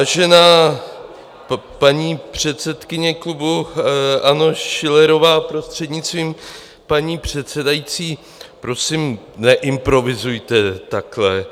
Vážená paní předsedkyně klubu ANO Schillerová, prostřednictvím paní předsedající, prosím, neimprovizujte takhle!